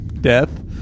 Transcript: death